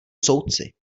soudci